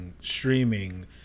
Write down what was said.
streaming